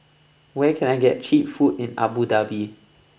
where can I get cheap food in Abu Dhabi